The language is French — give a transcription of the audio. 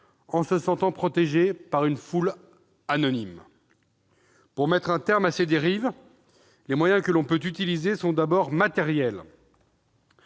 en se sentant protégé par une foule anonyme. Pour mettre un terme à ces dérives, les moyens que l'on peut utiliser sont d'abord matériels